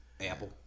Apple